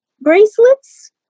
bracelets